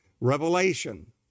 Revelation